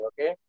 okay